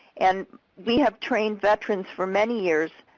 and we have trained veterans for many years,